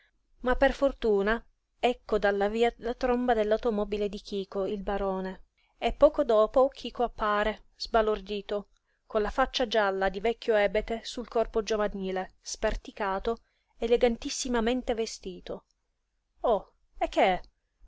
ma per fortuna ecco dalla via la tromba dell'automobile di chico il barone e poco dopo chico appare sbalordito con la faccia gialla di vecchio ebete sul corpo giovanile sperticato elegantissimamente vestito oh e che